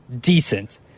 decent